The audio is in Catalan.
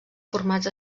formats